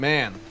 Man